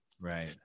Right